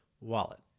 wallet